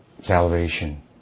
salvation